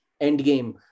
Endgame